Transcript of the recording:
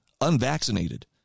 unvaccinated